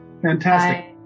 Fantastic